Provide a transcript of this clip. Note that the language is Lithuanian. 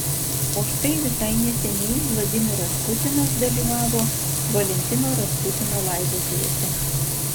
o štai visai neseniai vladimiras putinas dalyvavo valentino rasputino laidotuvėse